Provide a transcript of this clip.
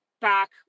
back